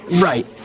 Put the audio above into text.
right